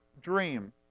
dream